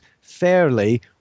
fairly